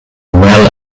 well